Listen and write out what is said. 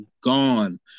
gone